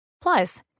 Plus